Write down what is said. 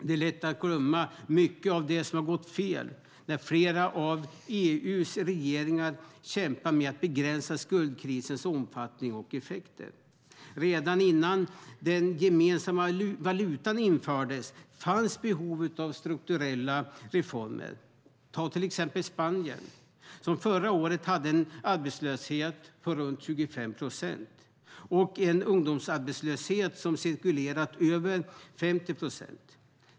Det är lätt att glömma mycket av det som gått fel när flera av EU:s regeringar kämpar med att begränsa skuldkrisens omfattning och dess effekter. Redan innan den gemensamma valutan infördes fanns behov av strukturella reformer. Ta till exempel Spanien som förra året hade en arbetslöshet på runt 25 procent och en ungdomsarbetslöshet som cirkulerat över 50 procent.